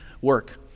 work